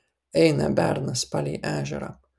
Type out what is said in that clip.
eina bernas palei ežerą